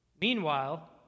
Meanwhile